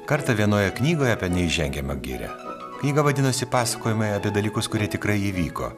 kartą vienoje knygoje apie neįžengiamą girią knyga vadinosi pasakojimai apie dalykus kurie tikrai įvyko